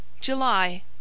July